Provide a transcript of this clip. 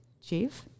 Chief